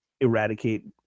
eradicate